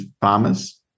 farmers